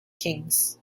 kings